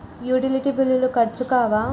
Utility బిల్లులు ఖర్చు కావా?